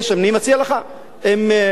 עם יונה רחמים,